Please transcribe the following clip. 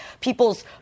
people's